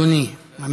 אדוני היושב-ראש,